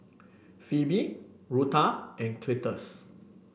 Phoebe Rutha and Cletus